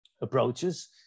approaches